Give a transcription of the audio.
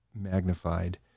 magnified